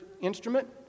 instrument